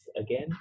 again